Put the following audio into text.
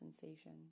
sensation